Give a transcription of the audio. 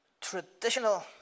Traditional